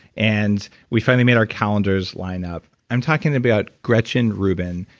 and we finally made our calendars line up. i'm talking about gretchen rubin,